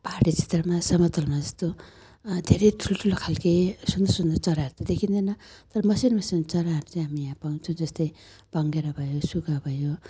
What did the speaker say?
पाहाडी क्षेत्रमा समतलमा जस्तो धेरै ठुल्ठुलो खालको सुन्दर सुन्दर चराहरू त देखिँदैन तर मसिनो मसिनो चराहरू चाहिँ हामी यहाँ पाउँछौँ जस्तै भँगेरा भयो सुगा भयो